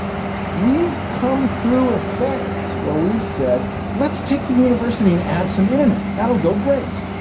we've come through a phase where we've said let's take the university and add some internet. that'll go great,